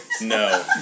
No